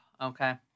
Okay